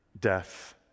death